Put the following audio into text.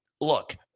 look